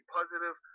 positive